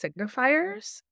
signifiers